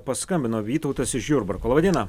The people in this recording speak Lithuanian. paskambino vytautas iš jurbarko laba diena